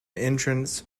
entrance